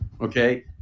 okay